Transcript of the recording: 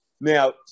Now